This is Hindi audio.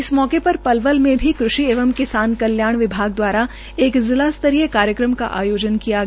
इस मौके पर पलवल में भी कृषि एवं किसान कल्याण विभाग दवारा एक जिला स्तरीय कार्यक्रम का आयोजन किया गया